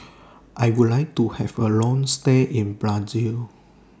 I Would like to Have A Long stay in Brazil